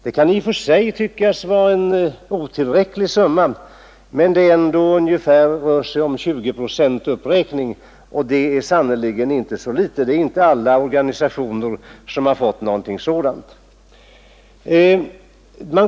Det kan i och för sig tyckas vara en otillräcklig summa, men det är ändå en uppräkning på ungefär 20 procent — och det är sannerligen inte litet. Det är inte alla organisationer som fått en sådan ökning av anslagen.